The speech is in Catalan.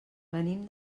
venim